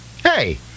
Hey